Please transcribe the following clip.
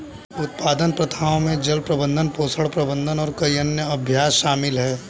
उत्पादन प्रथाओं में जल प्रबंधन, पोषण प्रबंधन और कई अन्य अभ्यास शामिल हैं